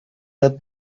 red